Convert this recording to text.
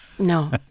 No